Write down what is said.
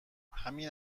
همین